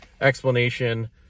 explanation